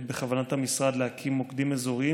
ובכוונת המשרד להקים מוקדים אזוריים